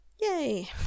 yay